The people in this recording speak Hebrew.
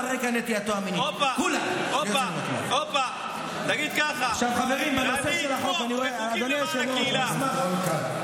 אני רוטט מאמות המוסר המקולקלות שלכם,